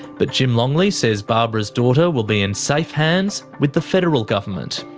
but jim longley says barbara's daughter will be in safe hands with the federal government.